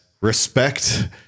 respect